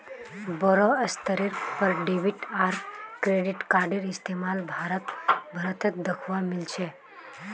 बोरो स्तरेर पर डेबिट आर क्रेडिट कार्डेर इस्तमाल भारत भर त दखवा मिल छेक